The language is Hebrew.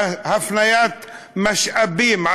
והפניית משאבים,